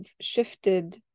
shifted